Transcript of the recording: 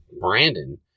Brandon